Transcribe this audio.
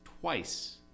Twice